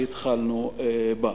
הנקודה שהתחלנו בה.